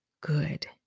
good